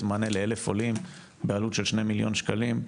מענה ל-1000 עולים בעלות של 2 מיליון שקלים.